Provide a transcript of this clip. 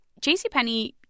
JCPenney